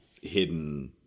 hidden